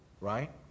right